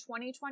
2020